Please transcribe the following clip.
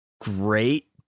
great